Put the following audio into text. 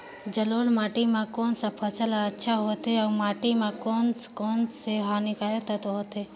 जलोढ़ माटी मां कोन सा फसल ह अच्छा होथे अउर माटी म कोन कोन स हानिकारक तत्व होथे?